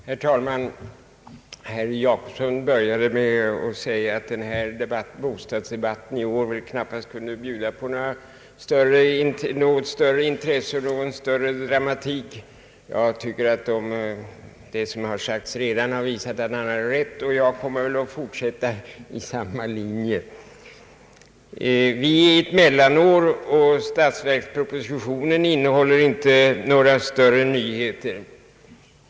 Herr talman! Herr Jacobsson började sitt anförande med en förmodan att bostadsdebatten i år knappast skulle komma att bjuda på något verkligt intressant eller dramatiskt. Jag anser att det som redan sagts här i dag visar att han har rätt, och jag får väl lov att fortsätta på samma linje. Vi befinner oss i ett mellanår i bostadspolitiskt avseende, och statsverkspropositionen innehåller inte några större nyheter.